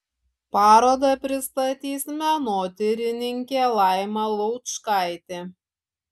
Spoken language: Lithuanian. parodą pristatys menotyrininkė laima laučkaitė